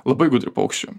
labai gudrių paukščių